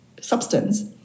substance